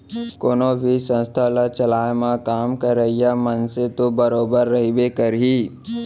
कोनो भी संस्था ल चलाए म काम करइया मनसे तो बरोबर रहिबे करही